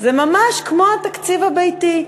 זה ממש כמו התקציב הביתי.